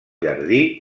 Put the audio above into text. jardí